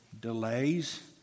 delays